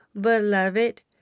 beloved